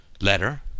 letter